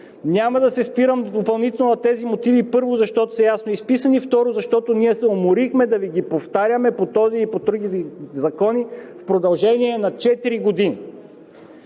Няма да се спирам допълнително на тези мотиви, първо, защото са ясно изписани, второ, защото ние се уморихме да Ви ги повтаряме по този и по други закони в продължение на четири години.